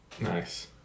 Nice